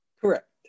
Correct